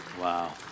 Wow